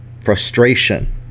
frustration